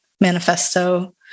manifesto